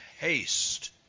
haste